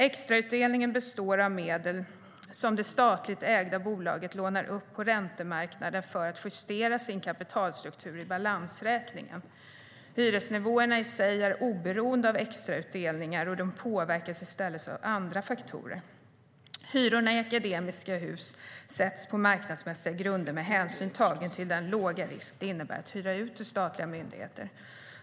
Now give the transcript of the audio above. Extrautdelningen består av medel som det statligt ägda bolaget lånar upp på räntemarknaden för att justera sin kapitalstruktur i balansräkningen. Hyresnivåerna i sig är oberoende av extrautdelningar. De påverkas i stället av andra faktorer. Hyrorna i Akademiska Hus sätts på marknadsmässiga grunder, med hänsyn tagen till den låga risk det innebär att hyra ut till statliga myndigheter.